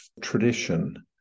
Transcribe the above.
tradition